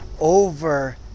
over